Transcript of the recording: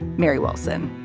mary wilson,